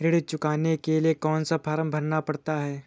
ऋण चुकाने के लिए कौन सा फॉर्म भरना पड़ता है?